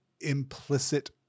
implicit